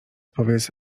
powiedz